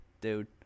dude